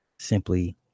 simply